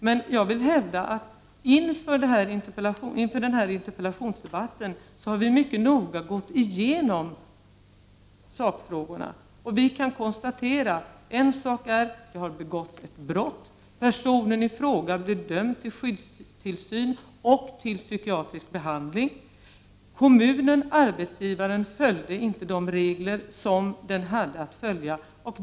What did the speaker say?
Men jag vill hävda att departementet inför den här interpellationsdebatten mycket noga har gått igenom sakfrågorna. Vi kan konstatera följande. Det har begåtts ett brott. Personen i fråga döms till skyddstillsyn och psykiatrisk behandling. Kommunen, arbetsgivaren, följde inte de regler den hade att följa.